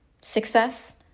success